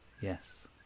Yes